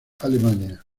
alemania